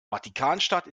vatikanstadt